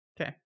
Okay